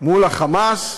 מול ה"חמאס",